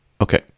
Okay